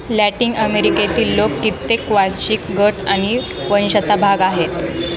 Latin अमेरिकेतील लोक कित्येक वांशिक गट आणि वंशांचा भाग आहेत